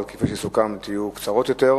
אבל כפי שסוכם הן יהיו קצרות יותר.